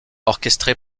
orchestré